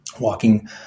walking